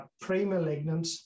pre-malignant